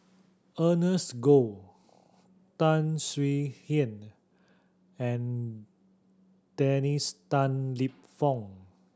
Ernest Goh Tan Swie Hian and Dennis Tan Lip Fong